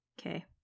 Okay